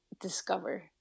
discover